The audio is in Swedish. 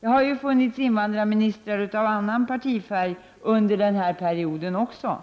Det har ju också funnits invandrarministrar av annan partifärg under denna period, och det